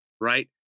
right